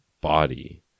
body